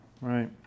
right